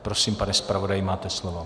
Prosím, pane zpravodaji, máte slovo.